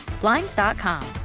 Blinds.com